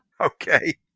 Okay